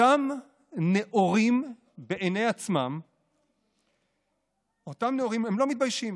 אותם נאורים בעיני עצמם לא מתביישים.